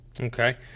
Okay